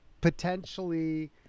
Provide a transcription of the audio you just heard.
potentially